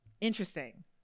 interesting